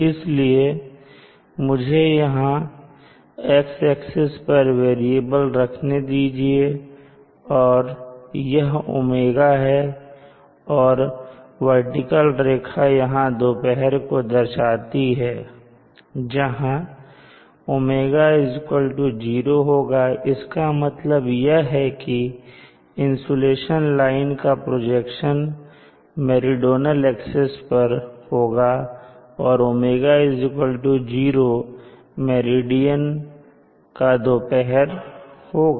इसलिए मुझे यहां X एक्सिस पर वेरिएबल रखने दीजिए और यह ओमेगाꞶ है और वर्टिकल रेखा यहां दोपहर को दर्शा रही है जहां ओमेगाꞶ0 होगा इसका मतलब यह है कि इंसुलेशन लाइन का प्रोजेक्शन मेरीडोनल एक्सिस पर होगा और ओमेगाꞶ0 मेरिडियन का दोपहर होगा